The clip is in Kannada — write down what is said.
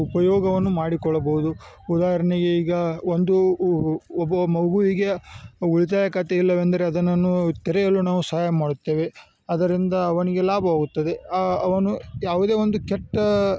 ಉಪಯೋಗವನ್ನು ಮಾಡಿಕೊಳ್ಳಬಹುದು ಉದಾಹರಣೆಗೆ ಈಗ ಒಂದು ಒಬ್ಬ ಮಗುವಿಗೆ ಉಳಿತಾಯ ಖಾತೆಯಿಲ್ಲವೆಂದರೆ ಅದನ್ನು ತೆರೆಯಲು ನಾವು ಸಹಾಯ ಮಾಡುತ್ತೇವೆ ಅದರಿಂದ ಅವನಿಗೆ ಲಾಭವಾಗುತ್ತದೆ ಅವನು ಯಾವುದೇ ಒಂದು ಕೆಟ್ಟ